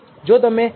જો તમે 0